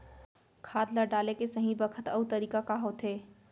खाद ल डाले के सही बखत अऊ तरीका का होथे?